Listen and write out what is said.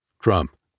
Trump